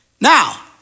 Now